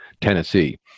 Tennessee